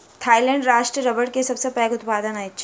Thailand राष्ट्र रबड़ के सबसे पैघ उत्पादक अछि